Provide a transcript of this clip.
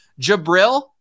Jabril